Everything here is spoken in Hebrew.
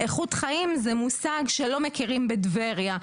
איכות חיים זה מושג שלא מכירים בטבריה.